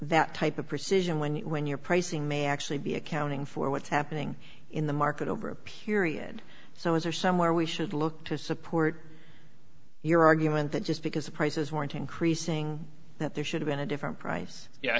that type of precision when when your pricing may actually be accounting for what's happening in the market over a period so is there somewhere we should look to support your argument that just because the prices weren't increasing that there should have been a different price